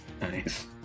Nice